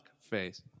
face